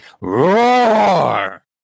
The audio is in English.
Roar